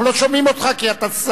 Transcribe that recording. אנחנו לא שומעים אותך, כי אתה שר.